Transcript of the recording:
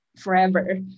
forever